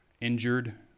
injured